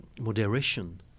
moderation